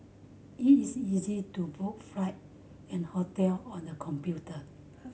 it is easy to book flight and hotel on the computer